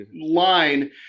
line